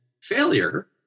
failure